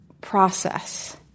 process